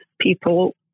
people